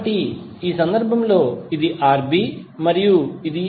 కాబట్టి ఈ సందర్భంలో ఇది Rb మరియు Rc